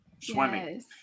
swimming